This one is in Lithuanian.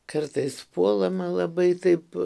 kartais puolama labai taip